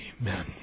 Amen